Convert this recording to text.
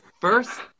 first